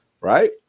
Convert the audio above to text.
right